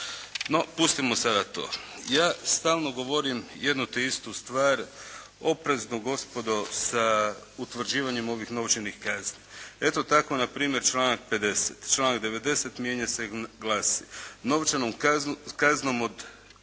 No, pustimo sada to. Ja stalno govorim jednu te istu stvar. Oprezno gospodo sa utvrđivanjem ovih novčanih kazni. Eto tako na primjer članak 50. članak 90. mijenja se i glasi: “Novčanom kaznom od